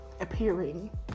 appearing